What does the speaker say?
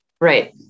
Right